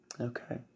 Okay